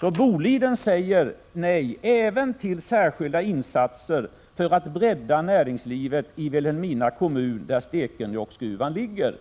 Boliden säger nej även till särskilda insatser för att bredda näringslivet i Vilhelmina kommun, där Stekenjokksgruvan ligger.